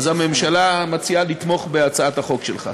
אז הממשלה מציעה לתמוך בהצעת החוק שלך.